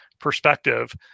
perspective